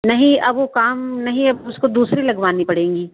नहीं अब वो काम नहीं अब उसको दूसरी लगवानी पड़ेंगी